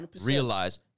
realize